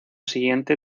siguiente